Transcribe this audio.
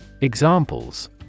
Examples